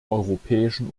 europäischen